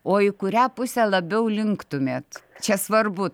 o į kurią pusę labiau linktumėt čia svarbu